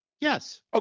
Yes